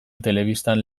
telebistan